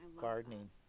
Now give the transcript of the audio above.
gardening